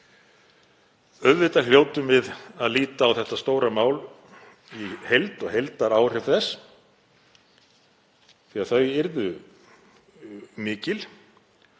ráðherra? Auðvitað hljótum við að líta á þetta stóra mál í heild og á heildaráhrif þess því að þau yrðu mikil.